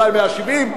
אולי 170,